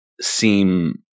seem